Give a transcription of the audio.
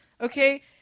okay